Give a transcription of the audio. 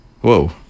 whoa